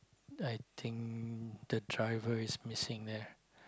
I think the driver is missing there